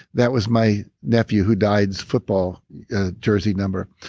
that was my nephew who died football jersey number.